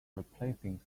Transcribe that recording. replacing